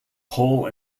paul